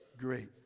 great